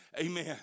Amen